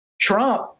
Trump